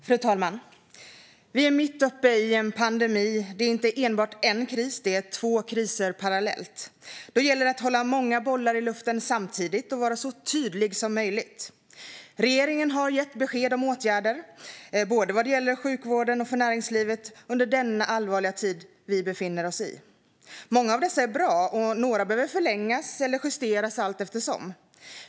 Fru talman! Vi är mitt uppe i en pandemi. Det är inte enbart en kris; det är två kriser parallellt. Då gäller det att hålla många bollar i luften samtidigt och vara så tydlig som möjligt. Regeringen har gett besked om åtgärder både för sjukvården och för näringslivet under denna allvarliga tid som vi befinner oss i. Många av dessa är bra; några behöver förlängas eller justeras allteftersom.